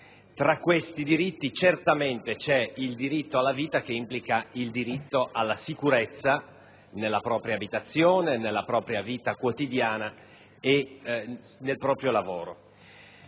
Fra questi certamente c'è il diritto alla vita, che implica il diritto alla sicurezza nella propria abitazione, nella propria vita quotidiana e nel proprio lavoro.